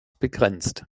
begrenzt